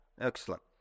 Excellent